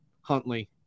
Huntley